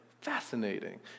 Fascinating